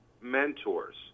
mentors